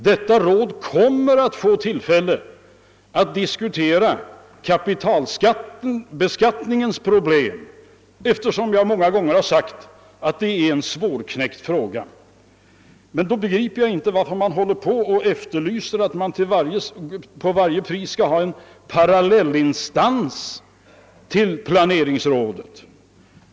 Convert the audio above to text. Detta råd kommer att få tillfälle att diskutera kapitalbeskattningens problem; jag har ju många gånger sagt att det är en svårknäckt nöt. Men då begriper jag inte varför man till varje pris efterlyser en parallellinstans till planeringsrådet.